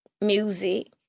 music